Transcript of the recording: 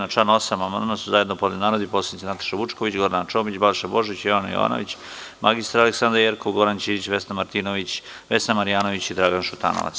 Na član 8. amandman su zajedno podneli narodni poslanici Nataša Vučković, Gordana Čomić, Balša Božović, Jovana Jovanović, mr Aleksandra Jerkov, Goran Ćirić, Vesna Martinović, Vesna Marjanović i Dragan Šutanovac.